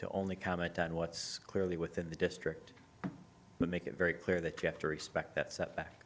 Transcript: to only comment on what's clearly within the district make it very clear that you have to respect that setback